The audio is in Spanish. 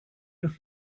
los